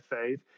faith